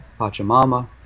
Pachamama